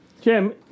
Jim